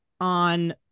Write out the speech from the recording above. on